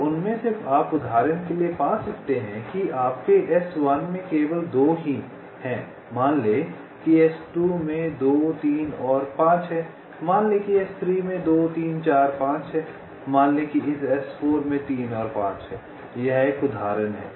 अब उनमें से आप उदाहरण के लिए पा सकते हैं आप पा सकते हैं कि आपके S1 में केवल 2 ही हैं मान लें कि S2 में 2 3 और 5 हैं मान लें कि S3 में 2 3 4 5 हैं मान लें कि इस S4 में 3 और 5 हैं यह एक उदाहरण है